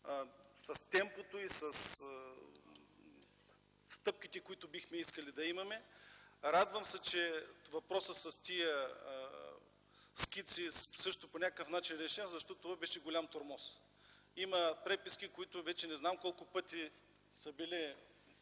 с темпото и стъпките, с които бихме искали. Радвам се, че въпросът със скиците също по някакъв начин е решен, защото това беше голям тормоз. Има преписки, които вече не знам колко пъти са били